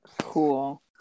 Cool